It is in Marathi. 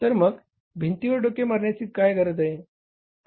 तर मग भिंतीवर डोके मारण्याची गरज काय आहे